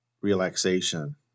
relaxation